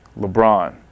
LeBron